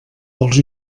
dels